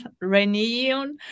renew